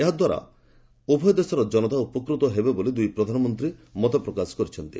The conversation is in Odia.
ଏହାଦ୍ୱାରା ଉଭୟ ଦେଶର ଜନତା ଉପକୃତ ହେବେ ବୋଲି ଦୁଇ ପ୍ରଧାନମନ୍ତ୍ରୀ ମତ ପ୍ରକାଶ କରିଛନ୍ତି